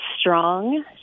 strong